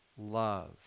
love